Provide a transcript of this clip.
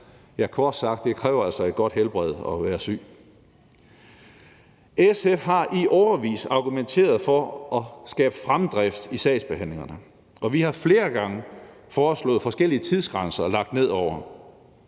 kræver kort sagt et godt helbred at være syg. SF har i årevis argumenteret for at skabe fremdrift i sagsbehandlingerne, og vi har flere gange foreslået forskellige tidsgrænser lagt ned over